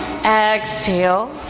Exhale